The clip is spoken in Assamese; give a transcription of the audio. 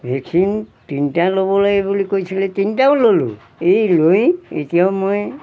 ভেকচিন তিনটা ল'ব লাগে বুলি কৈছিলে তিনটাও ল'লোঁ এই লৈ এতিয়াও মই